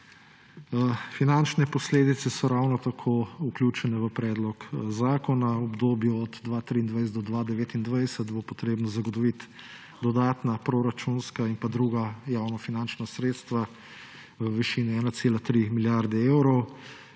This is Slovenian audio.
Finančne posledice so ravno tako vključene v predlog zakona. V obdobju od 2023 do 2029 bo potrebno zagotoviti dodatna proračunska in druga javnofinančna sredstva v višini 1,3 milijarde evrov,